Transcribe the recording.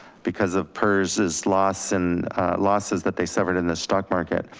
because of purges, loss, and losses that they suffered in the stock market.